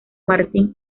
martín